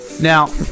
Now